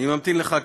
לרשותך.